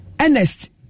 Ernest